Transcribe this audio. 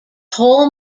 whole